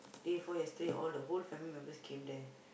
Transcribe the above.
day before yesterday all the whole family members came then